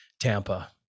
Tampa